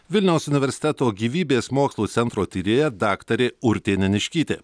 vilniaus universiteto gyvybės mokslų centro tyrėja daktarė urtė neniškytė